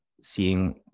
seeing